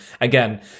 Again